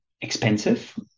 expensive